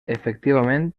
efectivament